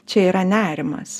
čia yra nerimas